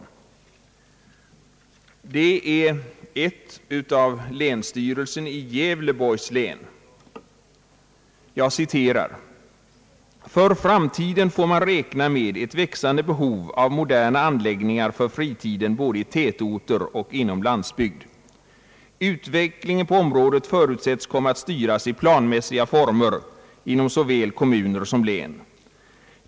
Först citerar jag ett yttrande från länsstyrelsen i Gävleborgs län: »För framtiden får man räkna med ett växande behov av moderna anläggningar för fritiden både i tätorter och inom landsbygd. Utvecklingen på området förutsätts komma att styras i planmässiga former inom såväl kommuner som län.